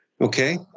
Okay